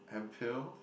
and pill